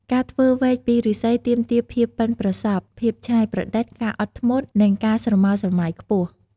ការធ្វើវែកពីឫស្សីទាមទារភាពប៉ិនប្រសប់ ភាពឆ្នៃប្រឌិត ការអត់ធ្មត់ និងការស្រមើលស្រមៃខ្ពស់។